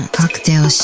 cocktail